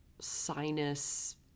sinus